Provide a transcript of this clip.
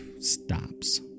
stops